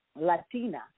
Latina